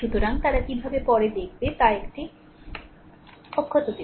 সুতরাং তারা কীভাবে পরে দেখবে তা একটি অক্ষত দেবে